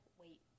wait